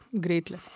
greatly